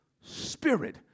spirit